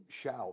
shout